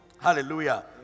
Hallelujah